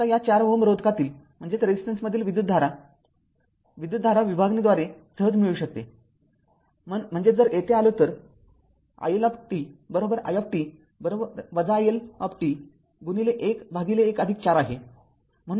आता या ४ Ω रोधकातील विद्युतधारा i विद्युतधारा विभागणीद्वारे सहज मिळू शकते म्हणजे जर येथे आलो तर iLt i t i L t ११४ आहे